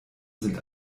sind